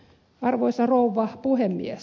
arvoisa rouva puhemies